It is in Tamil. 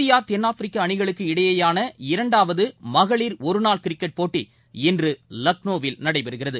இந்தியா தென்னாப்பிரிக்கா அணிகளுக்கு இடையேயான இரண்டாவது மகளிர் ஒருநாள் கிரிக்கெட் போட்டி இன்று லக்னோவில் நடைபெறுகிறது